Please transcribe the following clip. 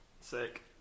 Sick